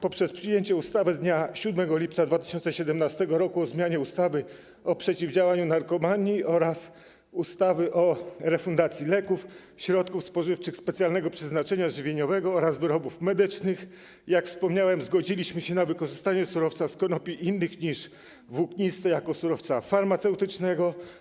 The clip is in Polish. Poprzez przyjęcie ustawy z dnia 7 lipca 2017 r. o zmianie ustawy o przeciwdziałaniu narkomanii oraz ustawy o refundacji leków, środków spożywczych specjalnego przeznaczenia żywieniowego oraz wyrobów medycznych, jak wspomniałem, zgodziliśmy się na wykorzystanie surowca z konopi innych niż włókniste jako surowca farmaceutycznego.